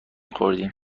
خوردیم